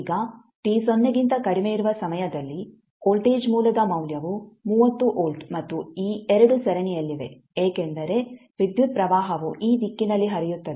ಈಗ t ಸೊನ್ನೆಗಿಂತ ಕಡಿಮೆ ಇರುವ ಸಮಯದಲ್ಲಿ ವೋಲ್ಟೇಜ್ ಮೂಲದ ಮೌಲ್ಯವು 30 ವೋಲ್ಟ್ ಮತ್ತು ಈ 2 ಸರಣಿಯಲ್ಲಿವೆ ಏಕೆಂದರೆ ವಿದ್ಯುತ್ ಪ್ರವಾಹವು ಈ ದಿಕ್ಕಿನಲ್ಲಿ ಹರಿಯುತ್ತದೆ